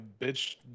bitch